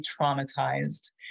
traumatized